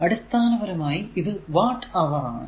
അടിസ്ഥാനപരമായി ഇത് വാട്ട് അവർ ആണ്